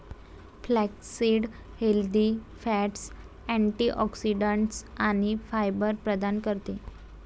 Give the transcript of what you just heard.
flaxseed healthy fats, antioxidants आणि fibre प्रदान करते